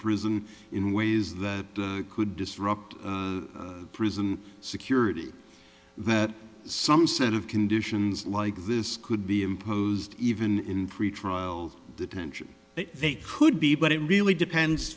prison in ways that could disrupt prison security that some set of conditions like this could be imposed even in pretrial detention that they could be but it really depends